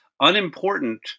unimportant